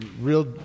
real